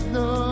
no